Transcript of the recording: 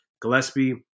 Gillespie